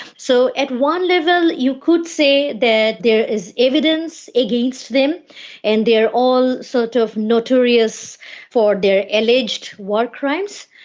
so at one level you could say that there is evidence against them and they are all sort of notorious for their alleged war crimes.